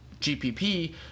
GPP